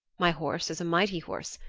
my horse is a mighty horse,